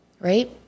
right